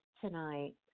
tonight